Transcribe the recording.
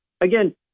again